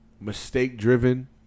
mistake-driven